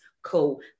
cool